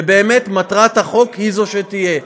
שמטרת החוק היא זו שתהיה,